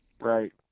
Right